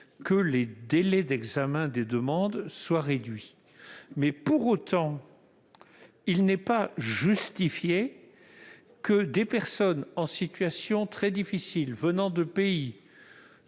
-que les délais d'examen des demandes soient réduits. Pour autant, il n'est pas justifié que des personnes en situation très difficile, venant de pays